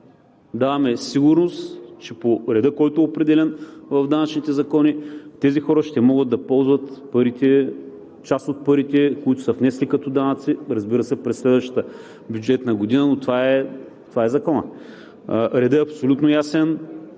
Даваме сигурност, че по реда, който е определен в данъчните закони, тези хора ще могат да ползват част от парите, които са внесли като данъци, разбира се, през следващата бюджетна година, но това е Законът. Редът е абсолютно ясен.